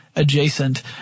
adjacent